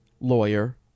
lawyer